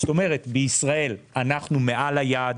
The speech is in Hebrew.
בישראל אנחנו מעל היעד,